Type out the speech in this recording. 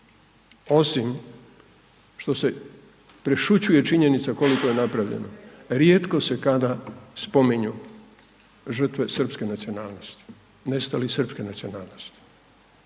osim što se prešućuje činjenica koliko je napravljeno, rijetko se kada spominju žrtve srpske nacionalnosti, nestali srpske nacionalnosti.